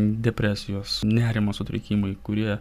depresijos nerimo sutrikimai kurie